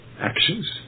actions